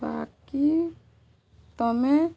ବାକି ତମେ